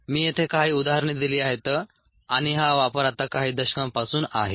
मी येथे काही उदाहरणे दिली आहेत आणि हा वापर आता काही दशकांपासून आहे